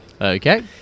Okay